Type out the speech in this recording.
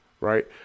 right